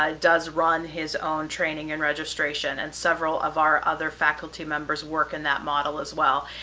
ah does run his own training and registration. and several of our other faculty members work in that model as well.